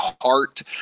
heart